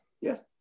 Yes